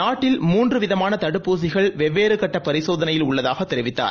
நாட்டில் மூன்றுவிதமானதடுப்பூசிகள் வெவ்வேறுகட்டபரிசோதனையில் உள்ளதாகதெரிவித்தார்